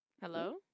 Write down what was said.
Hello